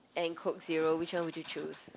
and coke zero which one would you choose